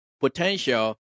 potential